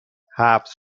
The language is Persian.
حبس